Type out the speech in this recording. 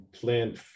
plant